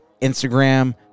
Instagram